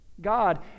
God